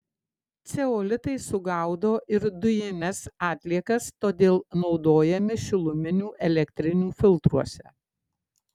ceolitai sugaudo ir dujines atliekas todėl naudojami šiluminių elektrinių filtruose